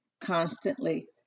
constantly